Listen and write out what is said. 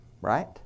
right